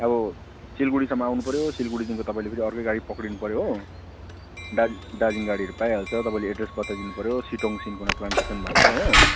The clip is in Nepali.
अब सिलगडीसम्म आउनु पर्यो सिलगुडीदेखिको तपाईँले फेरि अर्को गाडी पक्रिनु पर्यो हो दा दार्जिलिङ गाडीहरू पाइहाल्छ तपाईँले एड्रेस बताइदिनु पर्यो सिटोङ सिन्कोना प्लान्टेसन भनेर हो